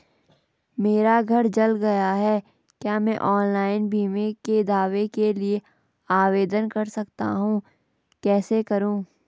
मेरा घर जल गया है क्या मैं ऑनलाइन बीमे के दावे के लिए आवेदन कर सकता हूँ कैसे करूँ?